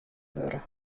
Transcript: wurde